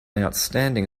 outstanding